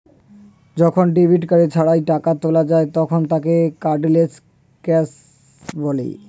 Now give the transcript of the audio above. যখন debit card ছাড়াই টাকা তোলা যায় তখন তাকে কার্ডলেস ক্যাশ বলে